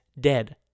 dead